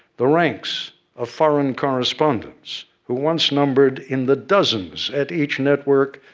the ranks of foreign correspondents, who once numbered in the dozens at each network,